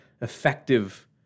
effective